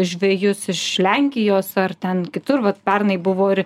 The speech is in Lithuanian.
žvejus iš lenkijos ar ten kitur vat pernai buvo ir